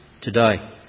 today